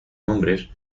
nombres